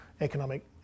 economic